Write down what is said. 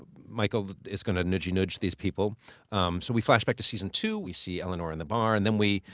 michael is gonna nudge-nudge these people. so we flash back to season two, we see eleanor in the bar, and then we,